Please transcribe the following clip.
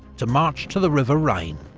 to march to the river rhine.